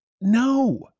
No